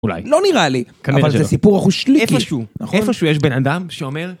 אולי. לא נראה לי. כנראה שלא. אבל זה סיפור אחושליקי. איפשהו, איפשהו יש בן אדם שאומר.